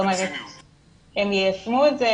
הם יישמו את זה?